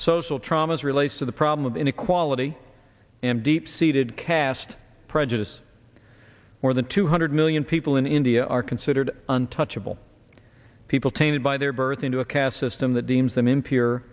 social traumas relates to the problem of inequality and deep seated caste prejudice more than two hundred million people in india are considered untouchable people tainted by their birth into a caste system that deems them i